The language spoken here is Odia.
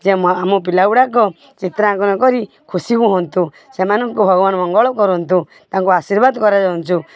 ଯେ ଆମ ପିଲାଗୁଡ଼ାକ ଚିତ୍ରାଙ୍କନ କରି ଖୁସି ହୁଅନ୍ତୁ ସେମାନଙ୍କୁ ଭଗବାନ ମଙ୍ଗଳ କରନ୍ତୁ ତାଙ୍କୁ ଆଶୀର୍ବାଦ କରାଯାଉଛୁ